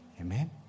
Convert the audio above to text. Amen